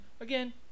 again